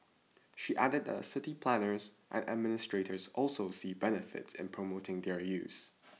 she added that city planners and administrators also see benefits in promoting their use